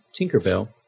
Tinkerbell